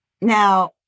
Now